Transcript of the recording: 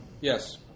Yes